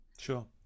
Sure